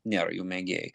nėra jų mėgėjai